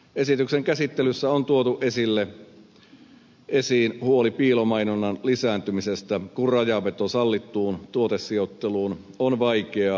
esityksen käsittelyssä on tuotu esiin huoli piilomainonnan lisääntymisestä kun rajanveto sallittuun tuotesijoitteluun on vaikeaa